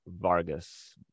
Vargas